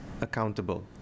accountable